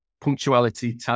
punctuality